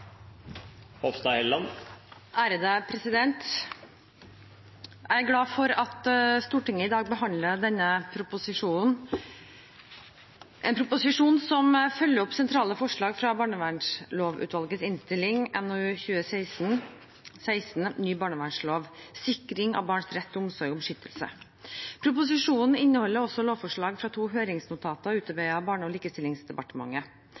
Jeg er glad for at Stortinget i dag behandler denne proposisjonen, en proposisjon som følger opp sentrale forslag fra barnevernslovutvalgets innstilling, NOU 2016: 16, Ny barnevernslov – sikring av barnets rett til omsorg og beskyttelse. Proposisjonen inneholder også lovforslag fra to høringsnotater